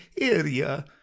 area